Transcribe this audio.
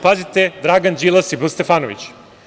Pazite, Dragan Đilas i B. Stefanović.